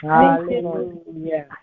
Hallelujah